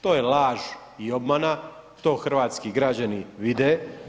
To je laž i obmana, to hrvatski građani vide.